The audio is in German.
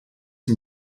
sie